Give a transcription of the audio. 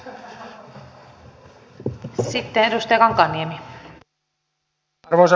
arvoisa puhemies